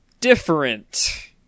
different